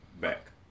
back